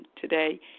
today